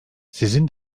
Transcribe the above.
sizin